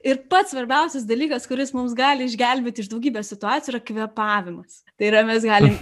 ir pats svarbiausias dalykas kuris mums gali išgelbėti iš daugybės situacijų yra kvėpavimas tai yra mes galim